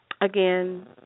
again